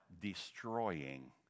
destroying